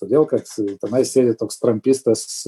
todėl kad tenai sėdi toks trampistas